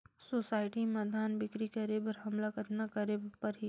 Society म धान बिक्री करे बर हमला कतना करे परही?